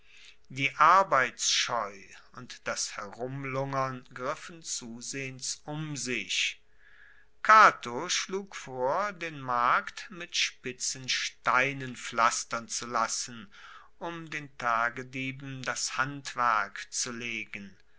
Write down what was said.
die arbeitsscheu und das herumlungern griffen zusehends um sich cato schlug vor den markt mit spitzen steinen pflastern zu lassen um den tagedieben das handwerk zu legen